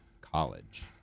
College